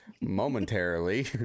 momentarily